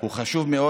הוא חשוב מאוד.